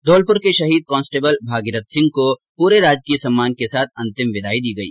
धौलपुर के शहीद कांस्टेबल भागीरथ सिंह को पूरे राजकीय सम्मान के साथ अंतिम विदाई दी गई